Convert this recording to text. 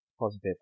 positive